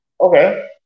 Okay